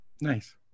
Nice